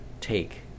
take